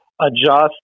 adjust